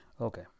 Okay